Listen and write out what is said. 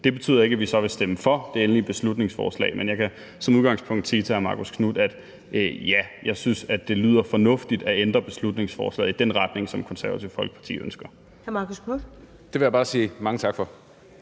Det betyder ikke, at vi så vil stemme for det endelige beslutningsforslag, men jeg kan som udgangspunkt sige til hr. Marcus Knuth, at ja, jeg synes, det lyder fornuftigt at ændre beslutningsforslaget i den retning, som Det Konservative Folkeparti ønsker. Kl. 16:30 Første næstformand